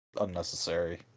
unnecessary